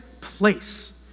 place